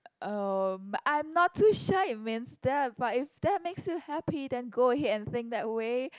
um but I'm not too sure it means that but if that makes you happy then go ahead and think that way